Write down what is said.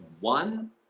one